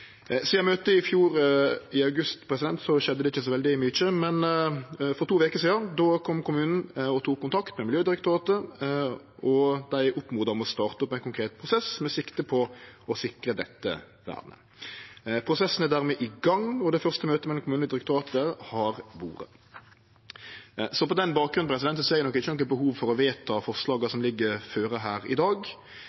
Sidan møtet i august i fjor har det ikkje skjedd så veldig mykje, men for to veker sidan tok kommunen kontakt med Miljødirektoratet og oppmoda om å starte ein konkret prosess med sikte på å sikre dette vernet. Prosessen er dermed i gang, og det første møtet mellom kommunen og direktoratet har vore. På den bakgrunn ser eg nok ikkje noko behov for å vedta forslaga